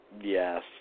Yes